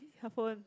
her phone